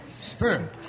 Sperm